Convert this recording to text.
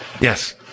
Yes